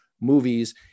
movies